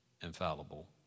infallible